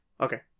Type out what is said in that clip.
Okay